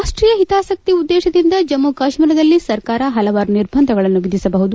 ರಾಷ್ಷೀಯ ಹಿತಾಸಕ್ತಿ ಉದ್ದೇಶದಿಂದ ಜಮ್ನು ಕಾಶ್ಮೀರದಲ್ಲಿ ಸರ್ಕಾರ ಹಲವಾರು ನಿರ್ಬಂಧಗಳನ್ನು ವಿಧಿಸಬಹುದು